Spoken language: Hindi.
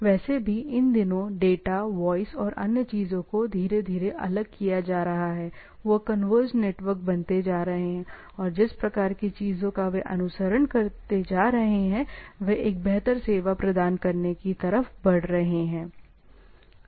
वैसे भी इन दिनों डेटा वॉइस और अन्य चीजों को धीरे धीरे अलग किया जा रहा है वे कन्वर्ज नेटवर्क बनते जा रहे हैं और जिस प्रकार की चीजों का वे अनुसरण करते जा रहे हैं वह एक बेहतर सेवा प्रदान करने के की तरफ बढ़ रहे हैं